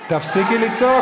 תפסיקי לצעוק.